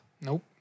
Nope